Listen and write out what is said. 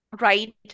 right